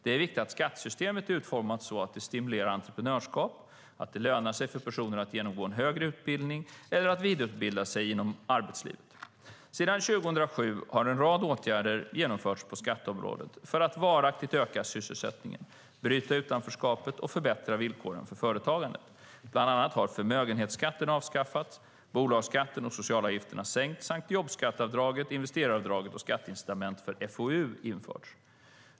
Det är viktigt att skattesystemet är utformat så att det stimulerar entreprenörskap och att det lönar sig för personer att genomgå en högre utbildning eller att vidareutbilda sig inom arbetslivet. Sedan 2007 har en rad åtgärder genomförts på skatteområdet för att varaktigt öka sysselsättningen, bryta utanförskapet och förbättra villkoren för företagande. Bland annat har förmögenhetsskatten avskaffats, bolagsskatten och socialavgifterna sänkts samt jobbskatteavdrag, investeraravdrag och skatteincitament för FoU införts.